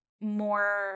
more